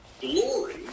Glory